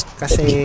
kasi